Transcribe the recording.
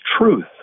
truth